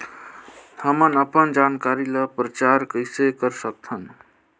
हमन अपन जानकारी ल प्रचार कइसे कर सकथन?